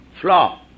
flaw